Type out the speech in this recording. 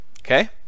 Okay